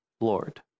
Lord